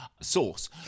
source